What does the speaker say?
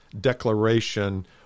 declaration